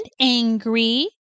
angry